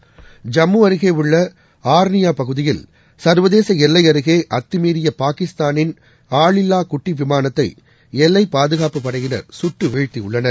ஐம்முஅருகேஉள்ளஆர்னியாபகுதியில் சர்வதேசஎல்லைஅருகேஅத்துமீறியபாகிஸ்தானின் ஆளில்லாகுட்டிவிமானத்தைஎல்லைபாதுகாப்புப் படையினர் சுட்டுவீழ்த்தியுள்ளனர்